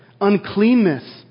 uncleanness